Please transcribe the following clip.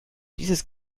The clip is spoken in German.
dieses